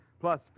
plus